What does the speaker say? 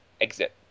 exit